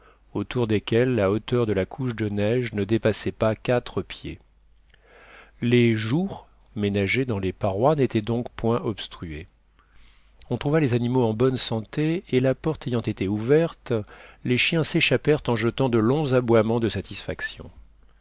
autour desquelles la hauteur de la couche de neige ne dépassait pas quatre pieds les jours ménagés dans les parois n'étaient donc point obstrués on trouva les animaux en bonne santé et la porte ayant été ouverte les chiens s'échappèrent en jetant de longs aboiements de satisfaction